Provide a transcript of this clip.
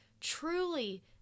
truly